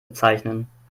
bezeichnen